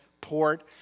port